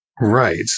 right